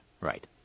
right